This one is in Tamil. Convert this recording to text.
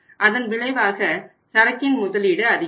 அதன் விளைவாக சரக்கின் முதலீடு அதிகரிக்கும்